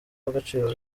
agaciro